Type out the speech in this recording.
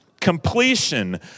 completion